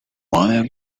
one